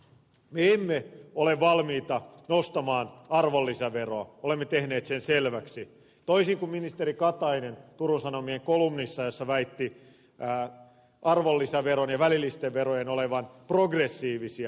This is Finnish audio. me emme ole valmiita nostamaan arvonlisäveroa olemme tehneet sen selväksi toisin kuin ministeri katainen turun sanomien kolumnissa jossa hän väitti arvonlisäveron ja välillisten verojen olevan progressiivisia